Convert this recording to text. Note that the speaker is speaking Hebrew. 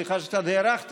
סליחה שקצת הארכתי,